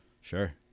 Sure